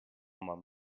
man